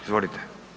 Izvolite.